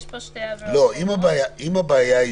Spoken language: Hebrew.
יש פה שתי עבירות --- אם הבעיה היא